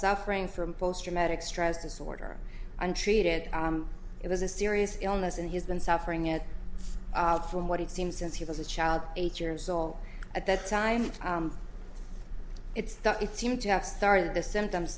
suffering from post traumatic stress disorder untreated it was a serious illness and he's been suffering it from what he seems since he was a child eight years soul at that time it's it seemed to have started the symptoms